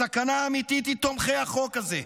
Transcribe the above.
הסכנה האמיתית היא תומכי החוק הזה.